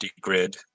grid